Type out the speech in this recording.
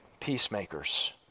peacemakers